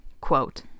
Quote